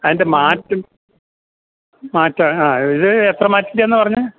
അതിൻ്റെ മാറ്റ് മാറ്റം ആ ഇത് എത്ര മാറ്റിൻ്റെയാണെന്നാണു പറഞ്ഞത്